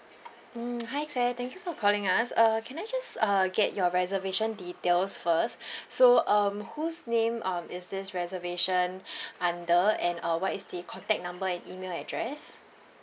mm hi claire thank you for calling us uh can I just uh get your reservation details first so um whose name um is this reservation under and uh what is the contact number and email address